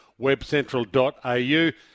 webcentral.au